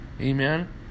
Amen